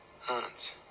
Hans